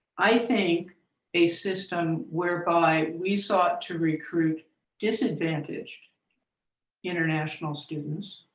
i think a system whereby we sought to recruit disadvantaged international students,